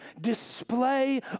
display